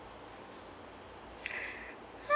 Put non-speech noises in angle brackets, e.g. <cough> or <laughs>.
<laughs>